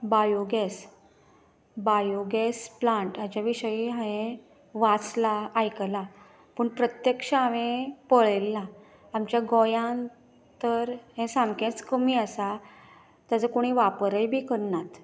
bio gas bio gas plant हाचे विशयी हांवें वाचलां आयकलां पूण प्रत्यक्ष हांवें पळयलें ना आमच्या गोंयान तर हें सामकेंच कमी आसा ताजो कोणी वापरय बी करनात